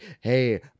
Hey